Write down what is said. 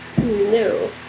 No